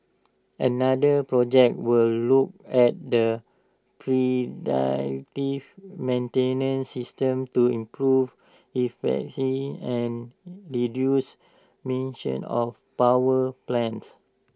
another project will look at the predictive maintenance system to improve efficiency and reduce emissions of power plants